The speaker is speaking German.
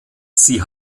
sie